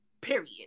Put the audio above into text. Period